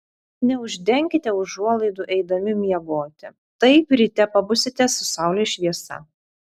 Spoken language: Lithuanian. neuždenkite užuolaidų eidami miegoti taip ryte pabusite su saulės šviesa